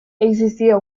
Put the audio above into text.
existía